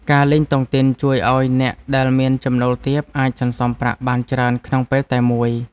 ការលេងតុងទីនជួយឱ្យអ្នកដែលមានចំណូលទាប អាចសន្សំប្រាក់បានច្រើនក្នុងពេលតែមួយ។